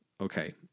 Okay